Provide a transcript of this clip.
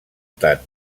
tant